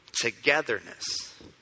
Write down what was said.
Togetherness